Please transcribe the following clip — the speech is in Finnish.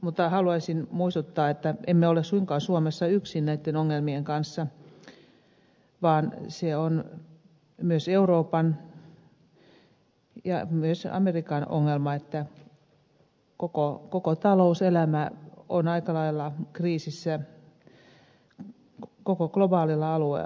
mutta haluaisin muistuttaa että emme ole suinkaan suomessa yksin näitten ongelmien kanssa vaan se on myös euroopan ja myös amerikan ongelma että koko talouselämä on aika lailla kriisissä koko globaalilla alueella